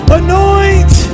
anoint